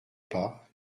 pas